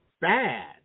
bad